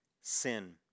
sin